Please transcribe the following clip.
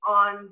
on